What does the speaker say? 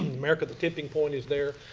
america the tipping point is there,